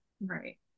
Right